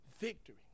victory